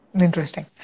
Interesting